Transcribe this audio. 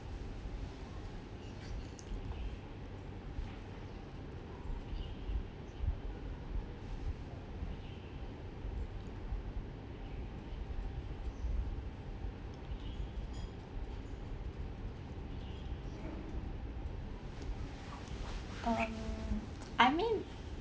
um I mean